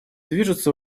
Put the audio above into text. движется